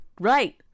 Right